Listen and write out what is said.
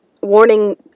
warning